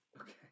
okay